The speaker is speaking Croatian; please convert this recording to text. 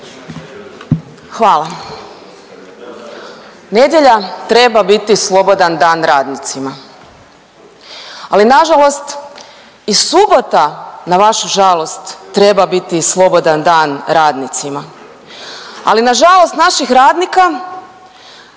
Hvala. Nedjelja treba biti slobodan dan radnicima, ali nažalost i subota na vašu žalost treba biti slobodan dan radnicima, ali nažalost naših radnika